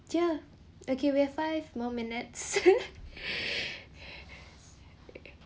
ya okay we have five more minutes